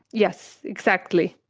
yes, exactly.